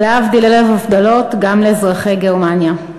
ולהבדיל אלף אלפי הבדלות, גם לאזרחי גרמניה.